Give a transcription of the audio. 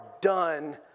done